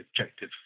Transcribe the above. objective